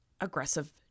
aggressive